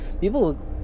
people